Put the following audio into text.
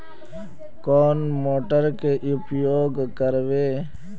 कौन मोटर के उपयोग करवे?